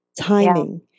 timing